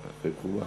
אחרונה חביבה.